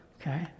Okay